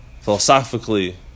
philosophically